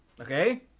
Okay